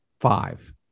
five